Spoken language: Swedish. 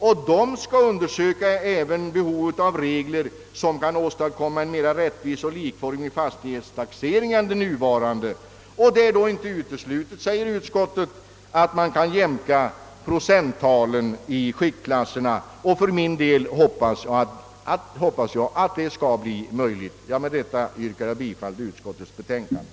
De skall även undersöka behovet av regler som kan åstadkomma en mera rättvis och likformig fastighetstaxering än den nuvarande. Det är då inte uteslutet, säger utskottet, att man kan jämka procenttalen i skiktklasserna. För min del hoppas jag att det skall bli möjligt. Med dessa ord yrkar jag bifall till utskottets hemställan.